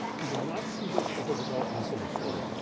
he did not see this as a developmental disorder.